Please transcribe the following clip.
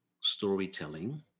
storytelling